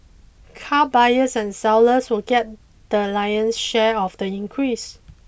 car buyers and sellers will get the lion's share of the increase